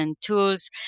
tools